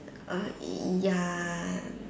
err ya